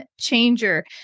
changer